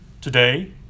Today